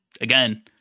Again